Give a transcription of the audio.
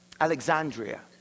Alexandria